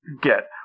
get